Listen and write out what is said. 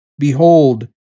Behold